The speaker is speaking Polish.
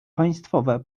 państwowe